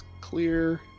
clear